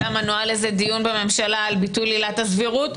למה, נוהל איזה דיון בממשלה על ביטול עילת עבירות?